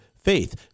faith